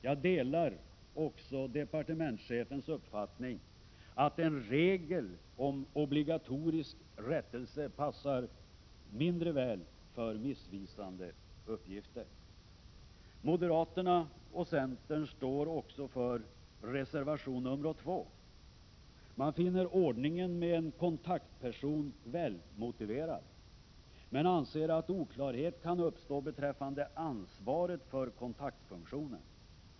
Jag delar också departementschefens uppfattning att en regel om obligatorisk rättelse passar mindre väl för missvisande uppgifter. Moderaterna och centern står också för reservation nr 2. Man finner ordningen med en kontaktperson välmotiverad men anser att oklarhet kan uppstå beträffande ansvaret för kontaktfunktionen.